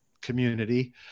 community